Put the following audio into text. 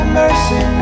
mercy